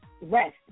rest